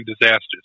Disasters